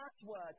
password